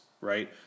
right